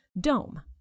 dome